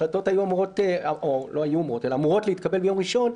החלטות אמורות להתקבל ביום ראשון,